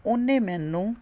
ਉਹਨੇ ਮੈਨੂੰ